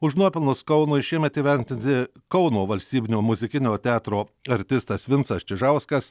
už nuopelnus kaunui šiemet įventinti kauno valstybinio muzikinio teatro artistas vincas čižauskas